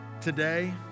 Today